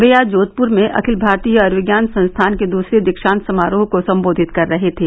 वह आज जोधपुर में अखिल भारतीय आयुर्विज्ञान संस्थान के दूसरे दीक्षांत समारोह को संबोधित कर रहे थे